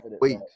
wait